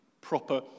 proper